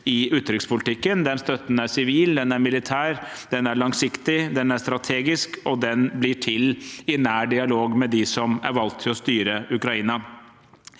i utenrikspolitikken. Den støtten er sivil, militær, langsiktig, strategisk, og den blir til i nær dialog med dem som er valgt til å styre Ukraina.